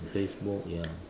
Facebook ya